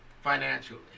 financially